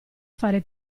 fare